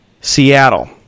Seattle